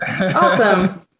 Awesome